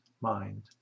mind